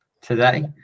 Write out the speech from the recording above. today